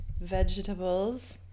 vegetables